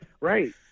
Right